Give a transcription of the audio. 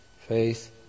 Faith